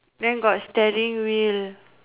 then got steering wheel